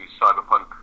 cyberpunk